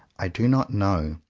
i do not know.